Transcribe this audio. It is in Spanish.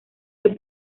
que